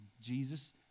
Jesus